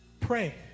Pray